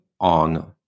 on